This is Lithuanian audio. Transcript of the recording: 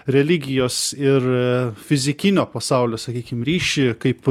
religijos ir fizikinio pasaulio sakykim ryšį kaip